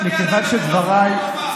זה מה שהציבור שלח אתכם,